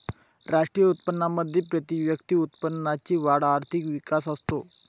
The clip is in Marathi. राष्ट्रीय उत्पन्नामध्ये प्रतिव्यक्ती उत्पन्नाची वाढ आर्थिक विकास असतो